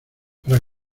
para